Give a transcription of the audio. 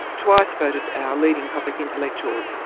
twice voted our leading public intellectual,